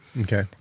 Okay